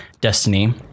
destiny